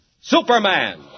Superman